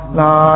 la